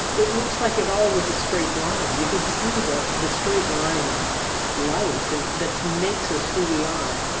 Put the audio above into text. it looks like it all was a straight line. you can see the the straight line of light and that makes us who we are.